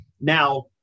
Now